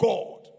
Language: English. God